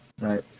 right